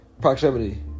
proximity